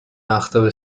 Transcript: وقتابه